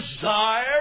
desire